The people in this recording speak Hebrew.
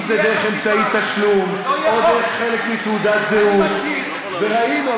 אם זה דרך אמצעי תשלום או חלק מתעודת זהות וראינו,